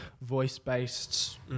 voice-based